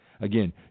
Again